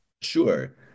Sure